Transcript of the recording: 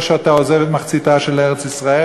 או שאתה עוזב את מחציתה של ארץ-ישראל,